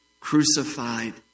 crucified